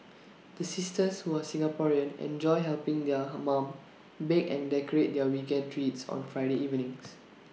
the sisters who are Singaporean enjoy helping their mum bake and decorate their weekend treats on Friday evenings